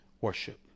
worship